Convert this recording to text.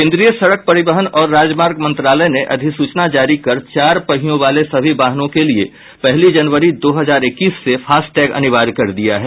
केंद्रीय सड़क परिवहन और राजमार्ग मंत्रालय ने अधिसूचना जारी कर चार पहियों वाले सभी वाहनों के लिए पहली जनवरी दो हजार इक्कीस से फास्टैग अनिवार्य कर दिया है